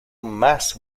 más